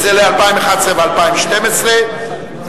וזה ל-2011 ו-2012,